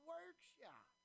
Workshop